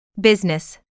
business